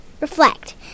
reflect